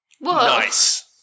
Nice